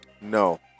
No